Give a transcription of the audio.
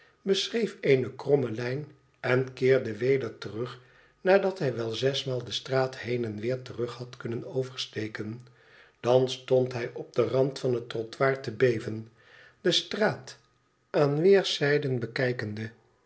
beschreef eene kromme lijn en keerde weder terug nadat hij wel zesmaal de straat heen en terug had kunnen oversteken dan stond hij op den rand van het trottoir te beven de straat aan weerszijden bekijkende